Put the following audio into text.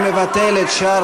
מבטל את שאר